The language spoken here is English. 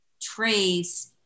trace